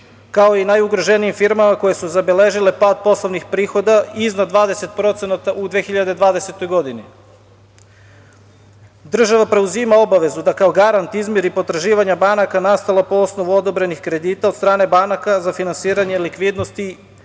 kao i najugroženijim firmama koje su zabeležile pad poslovnih prihoda iznad 20% u 2020. godini. Država preuzima obavezu da kao garant izmiri potraživanja banaka, nastala po osnovu odobrenih kredita od strane banaka za finansiranje likvidnosti